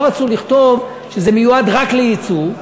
לא רצו לכתוב שזה מיועד רק ליצוא,